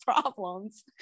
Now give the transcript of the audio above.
problems